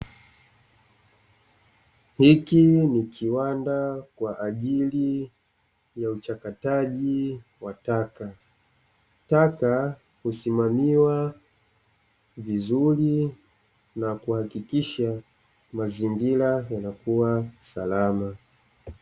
Hiki ni kiwanda kwa ajili ya uchakataji wa taka, taka husimamiwa vizuri na kuhakikisha mazingira yanakuwa salama.